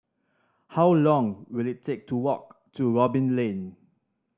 how long will it take to walk to Robin Lane